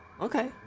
Okay